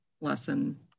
lesson